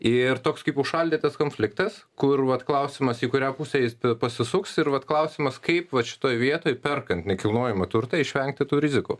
ir toks kaip užšaldytas konfliktas kur vat klausimas į kurią pusę jis pasisuks ir vat klausimas kaip vat šitoj vietoj perkant nekilnojamą turtą išvengti tų rizikų